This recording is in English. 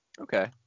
Okay